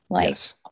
Yes